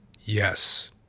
Yes